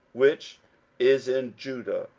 which is in judah.